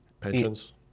Pensions